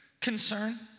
Concern